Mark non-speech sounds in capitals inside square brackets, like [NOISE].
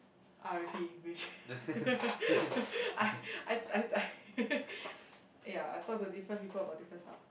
r_p which [LAUGHS] I I I I [LAUGHS] ya I talk to different people about different stuff